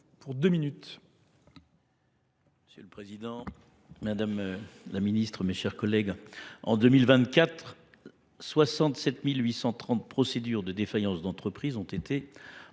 Monsieur le Président. Madame la Ministre, mes chers collègues, en 2024, 67 830 procédures de défaillance d'entreprises ont été enregistrées.